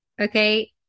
okay